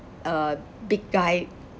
uh big guy